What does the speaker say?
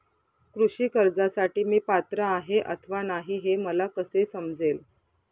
कृषी कर्जासाठी मी पात्र आहे अथवा नाही, हे मला कसे समजेल?